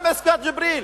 גם עסקת ג'יבריל.